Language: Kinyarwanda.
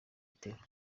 gitero